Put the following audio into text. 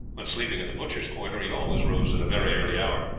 when sleeping at the butchers' quarter he always rose at a very early hour,